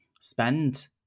spend